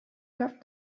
got